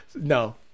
No